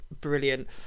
brilliant